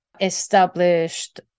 established